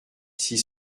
six